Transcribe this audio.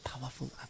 powerful